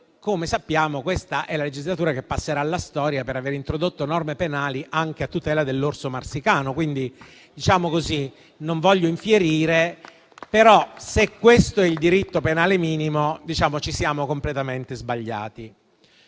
come sappiamo, questa è la legislatura che passerà alla storia per aver introdotto norme penali anche a tutela dell'orso marsicano. Non voglio infierire, ma se questo è il diritto penale minimo, ci siamo completamente sbagliati.